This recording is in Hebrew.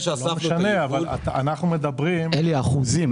אלי, אחוזים.